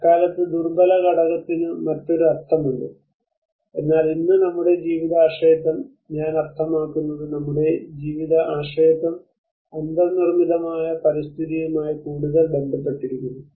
അക്കാലത്ത് ദുർബല ഘടകത്തിന് മറ്റൊരു അർത്ഥമുണ്ട് എന്നാൽ ഇന്ന് നമ്മുടെ ജീവിത ആശ്രയത്വം ഞാൻ അർത്ഥമാക്കുന്നത് നമ്മുടെ ജീവിത ആശ്രയത്വം അന്തർനിർമ്മിതമായ പരിതസ്ഥിതിയുമായി കൂടുതൽ ബന്ധപ്പെട്ടിരിക്കുന്നു